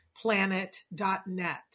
planet.net